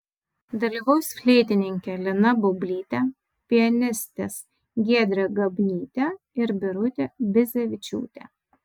dalyvaus fleitininkė lina baublytė pianistės giedrė gabnytė ir birutė bizevičiūtė